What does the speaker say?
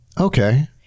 Okay